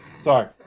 sorry